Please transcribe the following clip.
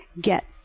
get